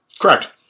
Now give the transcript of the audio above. Correct